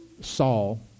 Saul